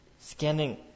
scanning